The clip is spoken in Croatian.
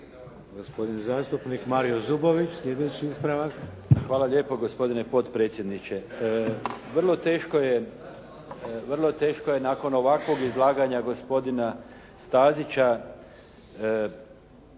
Hvala lijepo gospodine potpredsjedniče. Vrlo teško je nakon ovakvog izlaganja gospodina Stazića